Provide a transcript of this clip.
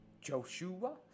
Joshua